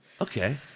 Okay